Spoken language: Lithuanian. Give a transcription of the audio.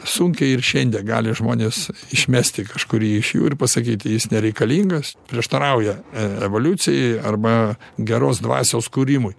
sunkiai ir šiandien gali žmonės išmesti kažkurį iš jų ir pasakyti jis nereikalingas prieštarauja e evoliucijai arba geros dvasios kūrimui